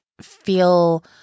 feel